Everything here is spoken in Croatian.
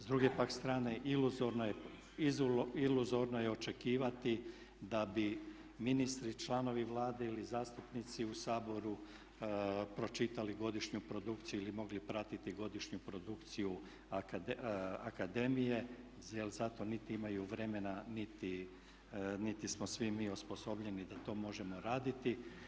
S druge pak strane, iluzorno je očekivati da bi ministri, članovi Vlade ili zastupnici u Saboru pročitali godišnju produkciju ili mogli pratiti godišnju produkciju akademije jer za to niti imaju vremena, niti smo svi mi osposobljeni da to možemo raditi.